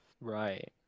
Right